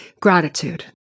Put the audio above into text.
gratitude